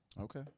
Okay